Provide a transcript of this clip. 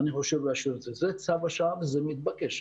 זה צו השעה, זה מתבקש.